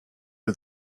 are